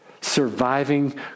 surviving